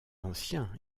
ancien